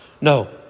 No